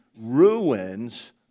ruins